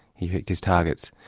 he picked his targets.